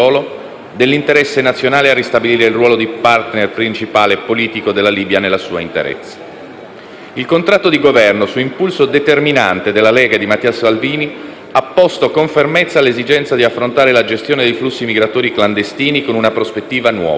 dell'interesse nazionale a ristabilire il ruolo di *partner* principale politico della Libia nella sua interezza. Il contratto di Governo, su impulso determinante della Lega di Matteo Salvini, ha posto con fermezza l'esigenza di affrontare la gestione dei flussi migratori clandestini con una prospettiva nuova